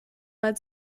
mal